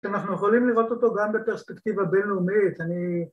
‫שאנחנו יכולים לראות אותו ‫גם בפרספקטיבה בינלאומית, אני…